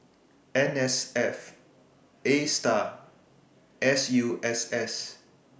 N S F A STAR and S U S S